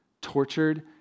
tortured